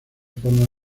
formas